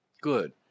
Good